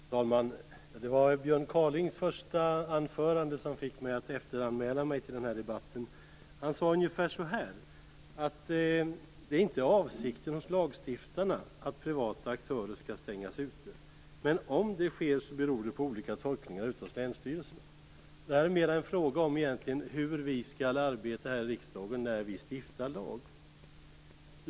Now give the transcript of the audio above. Fru talman! Det var Björn Kaalings första anförande som fick mig att efteranmäla mig till den här debatten. Han sade ungefär: Det är inte lagstiftarnas avsikt att privata aktörer skall stängas ute. Men om det sker beror det på olika tolkningar hos länsstyrelserna. Det här är egentligen mer en fråga om hur vi skall arbeta här i riksdagen när vi stiftar lag.